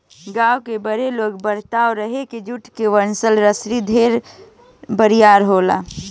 गांव के बुढ़ लोग बतावत रहे की जुट के बनल रसरी ढेर बरियार होला